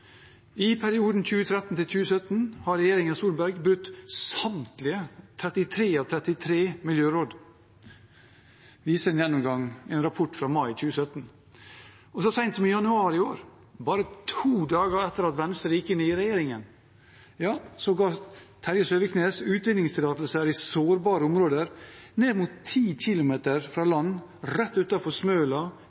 I perioden fra 2013 til 2017 har regjeringen Solberg brutt samtlige, 33 av 33, miljøråd, viser en gjennomgang i en rapport fra 2017. Så sent som i januar i år, bare to dager etter at Venstre gikk inn i regjeringen, ga statsråd Terje Søviknes utvinningstillatelser i sårbare områder ned mot 10 km fra land, rett utenfor Smøla,